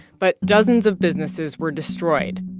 but dozens of businesses were destroyed.